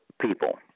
people